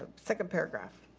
but second paragraph.